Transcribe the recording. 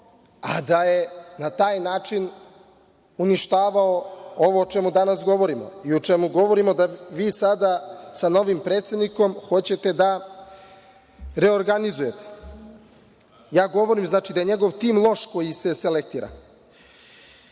a da je na taj način uništavao ovo o čemu danas govorimo, a to je da vi sada sa novim predsednikom hoćete da reorganizujete. Ja govorim da je njegov tim loš koji se selektira. Takođe,